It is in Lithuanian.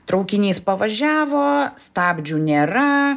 traukinys pavažiavo stabdžių nėra